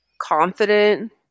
confident